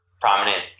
prominent